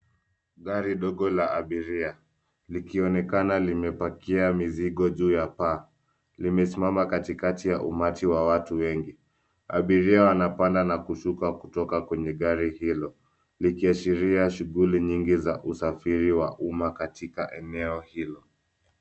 Gari dogo la abiria likionekana limepakia mizigo juu ya paa, limesimama katikati ya umati wa watu wengi. Abiria wanapanda na kushuka kutoka kwenye gari hilo likiashiria shughuli nyingi za usafiri wa umma katika eneo hilo.